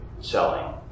selling